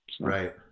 Right